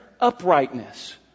Uprightness